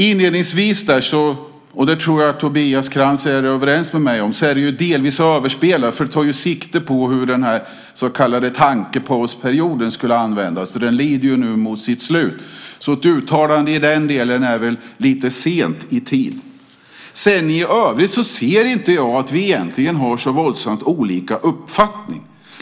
Inledningsvis - där tror jag att Tobias Krantz är överens med mig - är den delvis överspelad. Man tar sikte på hur den så kallade tankepausperioden skulle användas, och den lider nu mot sitt slut. Ett uttalande i den delen är lite sent i tid. I övrigt ser inte jag att vi har så våldsamt olika uppfattningar.